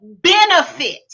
benefit